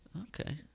Okay